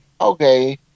okay